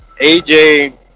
AJ